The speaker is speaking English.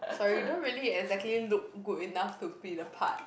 sorry you don't really exactly look good enough to play the part